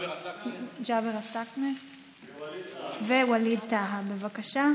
ג'אבר עסאקלה וחבר הכנסת ווליד טאהא,